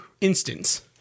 instance